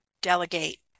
delegate